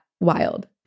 wild